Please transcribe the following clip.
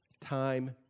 time